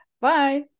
Bye